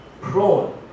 prone